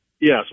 yes